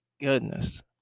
goodness